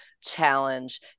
challenge